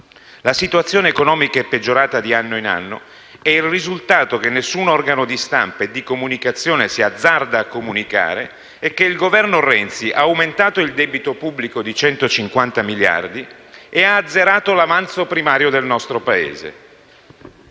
La situazione economica è peggiorata di anno in anno e il risultato, che nessun organo di stampa e di comunicazione si azzarda a comunicare, è che il Governo Renzi ha aumentato il debito pubblico di centocinquanta miliardi e ha azzerato l'avanzo primario del nostro Paese.